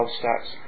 steps